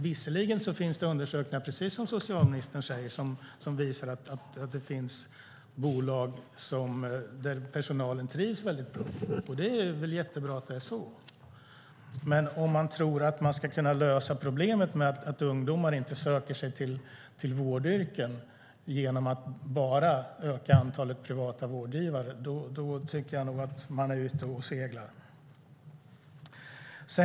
Visserligen finns det undersökningar, precis som socialministern säger, som visar att det också finns bolag där personalen trivs mycket bra, och det är väl jättebra att det är så, men man ska inte tro att man kan lösa problemet med att ungdomar inte söker sig till vårdyrkena bara genom att öka antalet privata vårdgivare. Då tycker jag nog att man är ute och seglar.